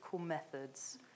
methods